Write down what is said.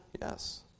Yes